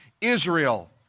Israel